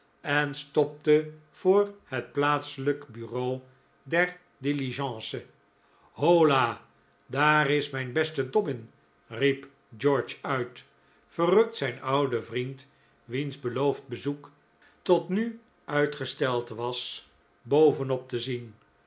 en stopte voor het plaatsbureau der diligence hola daar is mijn beste dobbin riep george uit verrukt zijn ouden vriend wiens beloofd bezoek tot nu uitgesteld was bovenop te zien